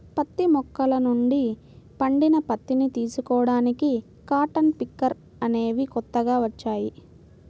పత్తి మొక్కల నుండి పండిన పత్తిని తీసుకోడానికి కాటన్ పికర్ అనేవి కొత్తగా వచ్చాయి